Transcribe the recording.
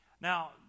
Now